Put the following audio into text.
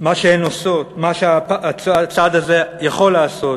מה שהצעד הזה יכול לעשות